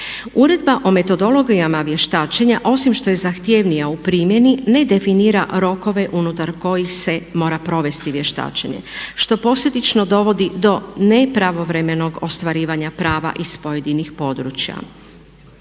Uredba o metodologijama vještačenja osim što je zahtjevnija u primjeni ne definira rokove unutar kojih se mora provesti vještačenje što posljedično dovodi do nepravovremenog ostvarivanja prava iz pojedinih područja.